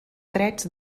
drets